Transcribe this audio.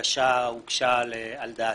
הבקשה הוגשה על דעתם,